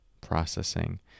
processing